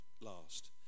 last